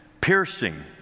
piercing